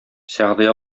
сәгъди